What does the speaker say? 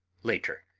later.